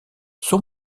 son